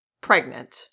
pregnant